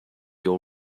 your